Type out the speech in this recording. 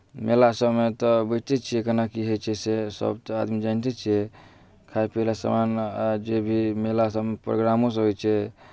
मेला सभमे तऽ बुझिते छियै केना कि होइ छै से सभटा आदमी जनिते छियै खाइ पियैवला सामान जेभी मेला सभमे प्रोग्रामोसभ होइ छै